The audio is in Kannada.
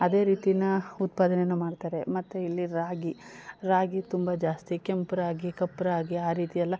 ಅದೇ ರೀತಿನ ಉತ್ಪಾದನೆನು ಮಾಡ್ತಾರೆ ಮತ್ತು ಇಲ್ಲಿ ರಾಗಿ ರಾಗಿ ತುಂಬ ಜಾಸ್ತಿ ಕೆಂಪು ರಾಗಿ ಕಪ್ಪು ರಾಗಿ ಆ ರೀತಿಯೆಲ್ಲ